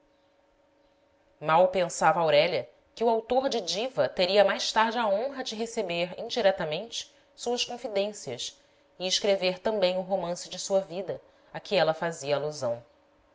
mal pensava aurélia que o autor de diva teria mais tarde a honra de receber indiretamente suas confidências e escrever também o romance de sua vida a que ela fazia alusão